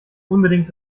unbedingt